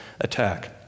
attack